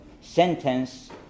sentence